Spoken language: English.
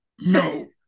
No